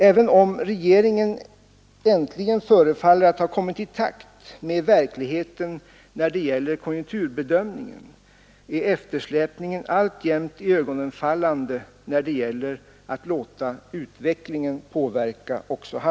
Även om regeringen äntligen förefaller ha kommit i takt med verkligheten när det gäller konjunkturbedömningen är eftersläpningen alltjämt iögonfallande när det gäller att låta utvecklingen påverka